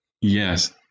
Yes